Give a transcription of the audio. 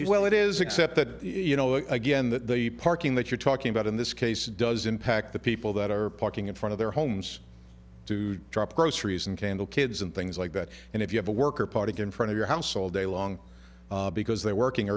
that well it is except that you know again that the parking that you're talking about in this case does impact the people that are parking in front of their homes to drop groceries and candle kids and things like that and if you have a worker party in front of your house all day long because they're working